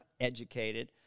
educated